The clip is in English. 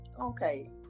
Okay